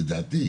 לדעתי,